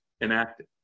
enacted